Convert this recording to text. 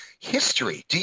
History